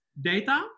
data